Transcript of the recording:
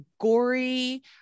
gory